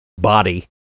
body